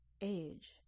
age